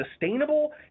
sustainable